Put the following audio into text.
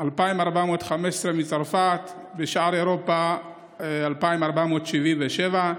2,415 מצרפת, משאר אירופה, 2,477,